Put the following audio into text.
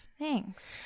Thanks